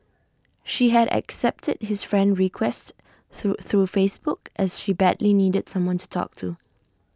she had accepted his friend request through through Facebook as she badly needed someone to talk to